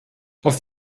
auf